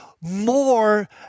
more